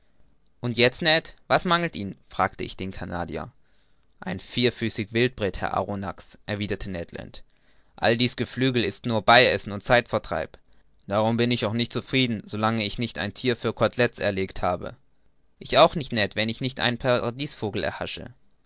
und jetzt ned was mangelt ihnen fragte ich den canadier ein vierfüßig wildpret herr arronax erwiderte ned land all dies geflügel ist nur beiessen und zeitvertreib darum bin ich auch nicht zufrieden so lange ich nicht ein thier für cotelettes erlegt habe ich auch nicht ned wenn ich nicht einen paradiesvogel erhasche